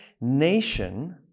nation